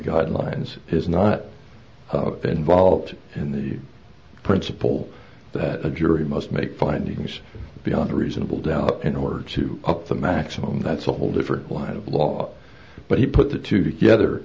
guidelines is not involved in the principle that a jury must make findings beyond a reasonable doubt in order to up the maximum that's a whole different line of law but he put the two together